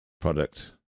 product